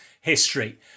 history